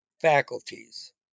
faculties